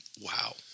Wow